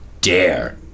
dare